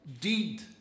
deed